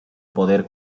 poder